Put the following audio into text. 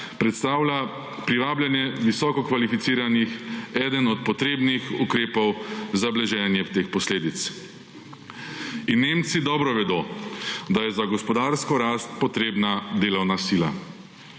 predstavlja privabljanje visoko kvalifikaciranih, eden od potrebnih ukrepov za blaženje teh posledic. In Nemci dobro vedo, da je za gospodarsko rast potrebna delovna sila.